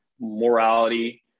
morality